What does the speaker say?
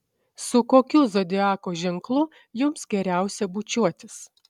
su kokiu zodiako ženklu jums geriausia bučiuotis